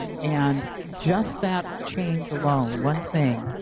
and and just that change alone, one thing,